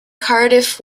cardiff